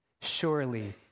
Surely